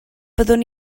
byddwn